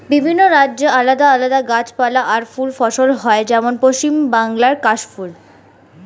বিভিন্ন রাজ্যে আলাদা আলাদা গাছপালা আর ফুল ফসল হয়, যেমন পশ্চিম বাংলায় কাশ ফুল